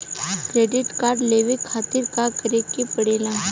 Credit card लेवे खातिर का करे के पड़ेला?